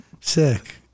sick